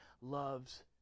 loves